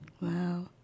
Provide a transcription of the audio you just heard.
Wow